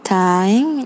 time